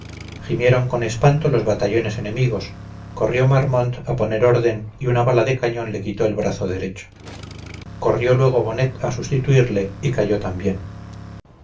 gimieron con espanto los batallones enemigos corrió marmont a poner orden y una bala de cañón le quitó el brazo derecho corrió luego bonnet a sustituirle y cayó también